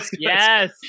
Yes